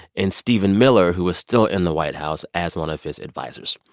and stephen miller, who is still in the white house as one of his advisers.